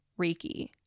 Reiki